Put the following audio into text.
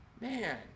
Man